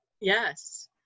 Yes